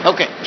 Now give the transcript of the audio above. Okay